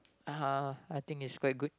uh I think it's quite good